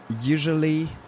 Usually